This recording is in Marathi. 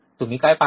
तुम्ही काय पाहता